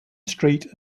street